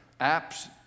apps